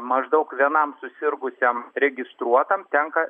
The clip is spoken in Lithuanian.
maždaug vienam susirgusiam registruotam tenka